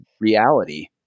reality